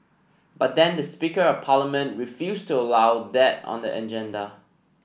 but then the speaker of parliament refused to allow that on the agenda